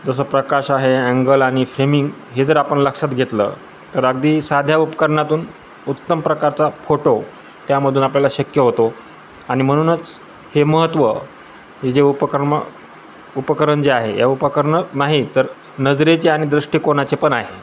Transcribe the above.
जसं प्रकाश आहे अँंगल आणि फ्रेमिंग हे जर आपण लक्षात घेतलं तर अगदी साध्या उपकरणातून उत्तम प्रकारचा फोटो त्यामधून आपल्याला शक्य होतो आणि म्हणूनच हे महत्त्व हे जे उपकर्मं उपकरण जे आहे या उपकरणं नाही तर नजरेचे आणि दृष्टिकोनाचे पण आहे